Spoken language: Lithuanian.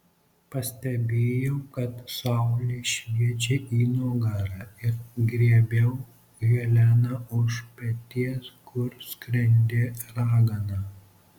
pastebėjau kad saulė šviečia į nugarą ir griebiau heleną už peties kur skrendi ragana